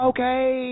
Okay